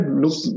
look